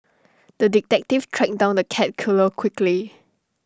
the detective tracked down the cat killer quickly